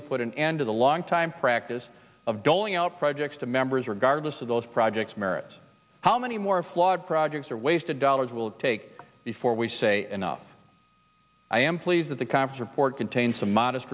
to put an end to the long time practice of doling out projects to members regardless of those projects merits how many more flawed projects are wasted dollars will take before we say enough i am pleased that the concert for it contains some modest